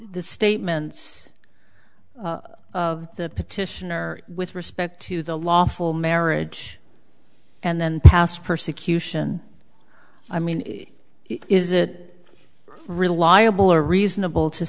the statements of the petitioner with respect to the lawful marriage and then past persecution i mean is that reliable or reasonable to